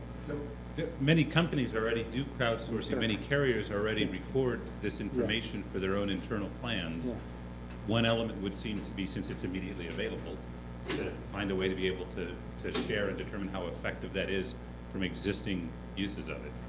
so many companies already do crowdsourcing and many carriers already record this information for their own internal plans one element would seem to be since it's immediately available, to find a way to be able to to share and determine how effective that is from existing uses of it.